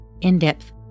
in-depth